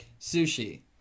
Sushi